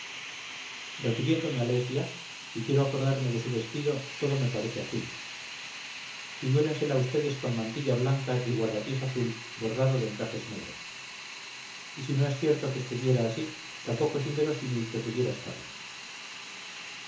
refiriéndome a lesbia si quiero acordarme de su vestido todo me parece azul figúrensela vds con mantilla blanca y guarda pies azul bordado de encajes negros y si no es cierto que estuviera así tampoco es inverosímil que pudiera estarlo